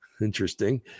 interesting